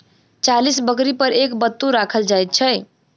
चालीस बकरी पर एक बत्तू राखल जाइत छै